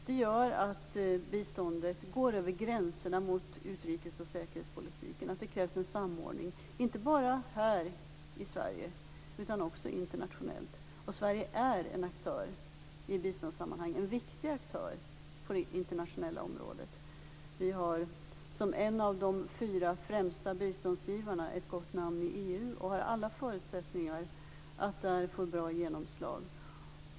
Det gör att biståndet går över gränserna mot utrikes och säkerhetspolitiken och att det krävs en samordning, inte bara här i Sverige utan också internationellt. Sverige är en aktör, en viktig aktör, i biståndssammanhang på det internationella området. Vi har som en av de fyra främsta biståndsgivarna ett gott namn inom EU och har alla förutsättningar att där få bra genomslag.